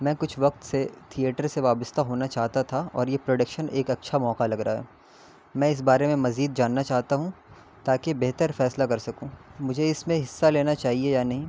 میں کچھ وقت سے تھئیٹر سے وابستہ ہونا چاہتا تھا اور یہ پروڈکشن ایک اچھا موقع لگ رہا ہے میں اس بارے میں مزید جاننا چاہتا ہوں تاکہ بہتر فیصلہ کر سکوں مجھے اس میں حصہ لینا چاہیے یا نہیں